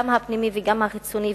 גם הפנימי וגם החיצוני,